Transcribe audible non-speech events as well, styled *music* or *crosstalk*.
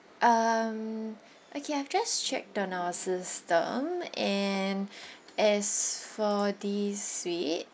um okay I've just checked on our system and *breath* as for the suite